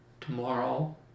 tomorrow